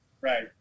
Right